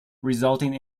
resulting